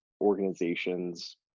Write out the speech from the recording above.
organizations